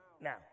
now